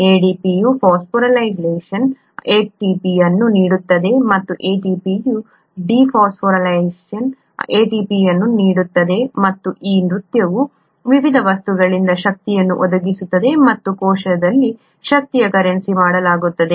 ADP ಯ phosphorylation ATP ಅನ್ನು ನೀಡುತ್ತದೆ ಮತ್ತು ATP ಯ ಡಿಫಾಸ್ಫೊರಿಲೇಶನ್ ATP ಅನ್ನು ನೀಡುತ್ತದೆ ಮತ್ತು ಈ ನೃತ್ಯವು ವಿವಿಧ ವಸ್ತುಗಳಿಗೆ ಶಕ್ತಿಯನ್ನು ಒದಗಿಸುತ್ತದೆ ಮತ್ತು ಕೋಶದಲ್ಲಿ ಶಕ್ತಿಯ ಕರೆನ್ಸಿ ಮಾಡುತ್ತದೆ